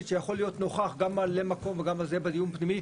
שיכול להיות נוכח גם ממלא מקום וגם זה בדיון פנימי,